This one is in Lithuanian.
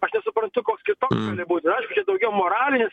aš nesuprantu koks kitoks gali būti aišku čia daugiau moralinis